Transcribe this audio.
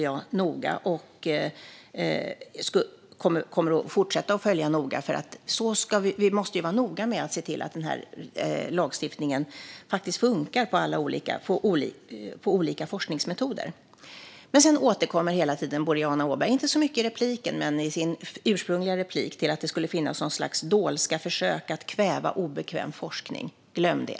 Jag kommer att fortsätta följa den noga, för vi måste vara noga med att se till att lagstiftning funkar på olika forskningsmetoder. I sitt inledande anförande, om än inte så mycket i följande inlägg, återkommer Boriana Åberg hela tiden om att det skulle finnas dolska försök att kväva obekväm forskning. Glöm det!